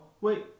Wait